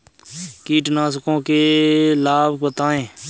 कीटनाशकों के लाभ बताएँ?